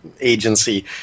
agency